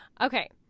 Okay